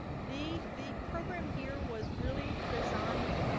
the the program here was really designed